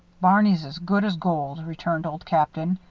barney's as good as gold, returned old captain.